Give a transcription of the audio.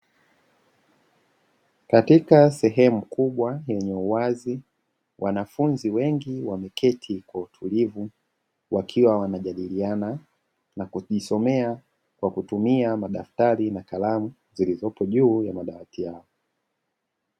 Katika sehemu kubwa yenye uwazi wanafunzi wengi wameketi kwa utulivu wakiwa wanajadiliana na kujisomea kwa kutumia madaktari na kalamu zilizopo juu ya madawati yao.